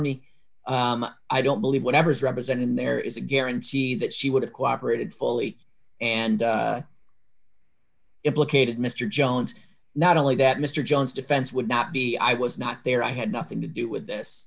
me i don't believe whatever is represented in there is a guarantee that she would have cooperated fully and implicated mr jones not only that mr jones defense would not be i was not there i had nothing to do with this